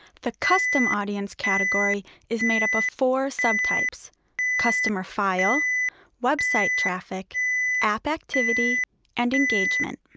the custom audience category is made up of four subtypes customer file website traffic app activity and engagement